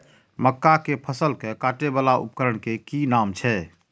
मक्का के फसल कै काटय वाला उपकरण के कि नाम छै?